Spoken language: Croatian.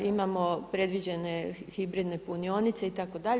Imamo predviđene hibridne punionice itd.